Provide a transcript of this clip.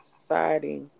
society